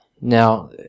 Now